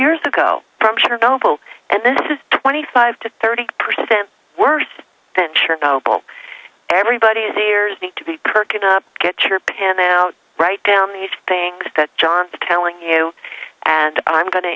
years ago from chernobyl and this is twenty five to thirty percent worse than chernobyl everybody's ears need to be perking up get your pen out write down these things that john's telling you and i'm going to